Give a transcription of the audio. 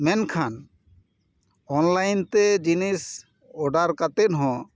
ᱢᱮᱱ ᱠᱷᱟᱱ ᱚᱱᱞᱟᱭᱤᱱ ᱛᱮ ᱡᱤᱱᱤᱥ ᱚᱰᱟᱨ ᱠᱟᱛᱮᱫ ᱦᱚᱸ